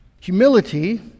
Humility